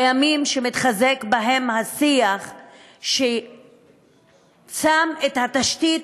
בימים שמתחזק בהם השיח ששם את התשתית